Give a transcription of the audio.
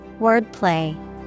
wordplay